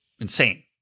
insane